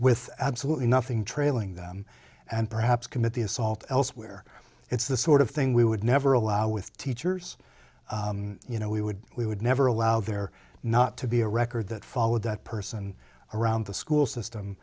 with absolutely nothing trailing them and perhaps commit the assault elsewhere it's the sort of thing we would never allow with teachers you know we would we would never allow there not to be a record that followed that person around the school system